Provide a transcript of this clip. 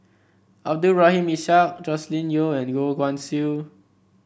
Abdul Rahim Ishak Joscelin Yeo and Goh Guan Siew